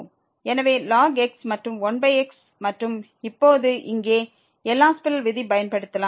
எனவே ln x மற்றும் 1x மற்றும் இப்போது இங்கே எல் ஹாஸ்பிடல் விதி பயன்படுத்தலாம்